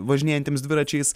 važinėjantiems dviračiais